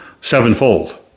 sevenfold